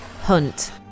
Hunt